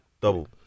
Double